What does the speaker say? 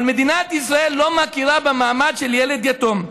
אבל מדינת ישראל לא מכירה במעמד של ילד יתום.